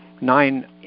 Nine